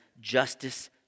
justice